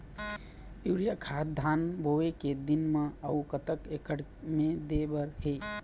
Urea खाद धान बोवे के दिन म अऊ कतक एकड़ मे दे बर हे?